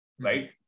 right